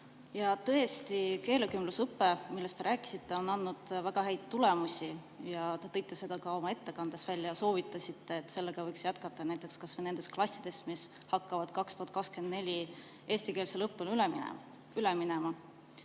Tõesti, keelekümblusõpe, millest te rääkisite, on andnud väga häid tulemusi. Te tõite seda ka oma ettekandes välja ja soovitasite, et sellega võiks jätkata näiteks kas või nendes klassides, mis hakkavad 2024 eestikeelsele õppele üle minema.